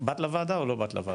באת לוועדה או לא באת לוועדה?